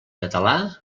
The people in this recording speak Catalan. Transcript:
català